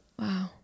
Wow